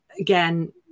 again